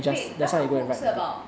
wait 那个 book 是 about